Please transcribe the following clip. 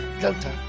Delta